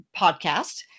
podcast